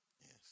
Yes